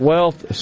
Wealth